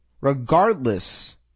regardless